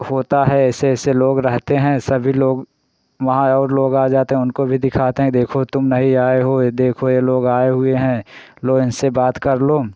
होता है ऐसे ऐसे लोग रहते हैं सभी लोग वहाँ और लोग आ जाते हैं उनको भी दिखाते हैं कि देखो तुम नहीं आए हो ए देखो ये लोग आए हुए हैं लो इनसे बात कर लो